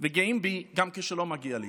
וגאים בי, גם כשלא מגיע לי,